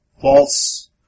false